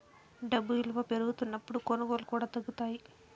డబ్బు ఇలువ పెరుగుతున్నప్పుడు కొనుగోళ్ళు కూడా తగ్గుతాయి